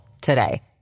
today